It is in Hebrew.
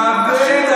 כבד.